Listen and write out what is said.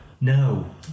No